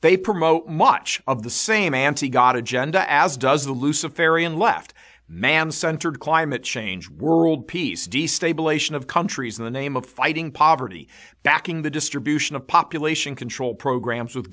they promote much of the same anti god agenda as does allusive fairy and left man centered climate change world peace destabilization of countries in the name of fighting poverty backing the distribution of population control programs with